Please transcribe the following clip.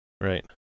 Right